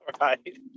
Right